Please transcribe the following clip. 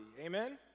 Amen